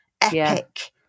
epic